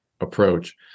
approach